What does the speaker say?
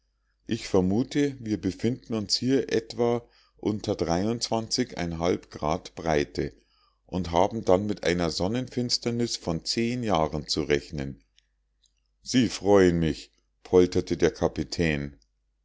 ich vermute wir befinden uns hier etwa unter grad breite und haben dann mit einer sonnenfinsternis von zehn jahren zu rechnen sie freuen mich polterte der kapitän